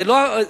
זה לא נכון.